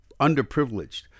underprivileged